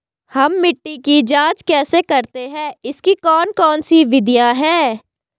हम मिट्टी की जांच कैसे करते हैं इसकी कौन कौन सी विधियाँ है?